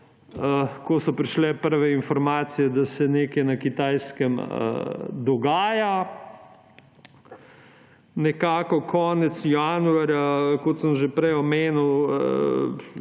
ko so prišle prve informacije, da se nekaj na Kitajskem dogaja. Nekako konec januarja, kot sem že prej omenil,